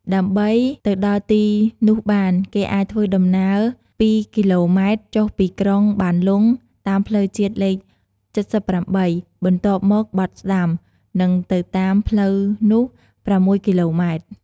ដើម្បីទៅដល់ទីនោះបាន គេអាចធ្វើដំណើរពីរគីឡូម៉ែត្រចុះពីក្រុងបានលុងតាមផ្លូវជាតិលេខចិតសិបប្រាំបី បន្ទាប់មកបត់ស្ដាំ និងទៅតាមផ្លូវនោះប្រាំមួយគីឡូម៉ែត្រ។